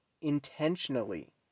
intentionally